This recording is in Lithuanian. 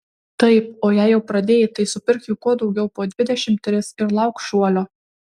taip o jei jau pradėjai tai supirk jų kuo daugiau po dvidešimt tris ir lauk šuolio